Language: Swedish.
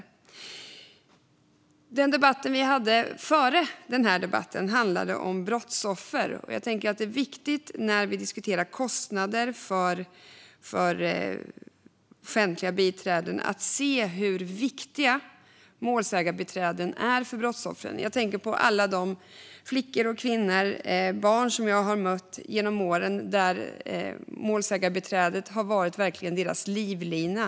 Riksrevisionens rapport om ersättning till rättsliga biträden i brottmål Den debatt som vi hade före denna debatt handlade om brottsoffer. När vi diskuterar kostnader för offentliga biträden tänker jag att det är viktigt att se hur viktiga målsägarbiträden är för brottsoffren. Jag tänker på alla flickor, kvinnor och barn som jag har mött genom åren. Målsägarbiträdet har verkligen varit deras livlina.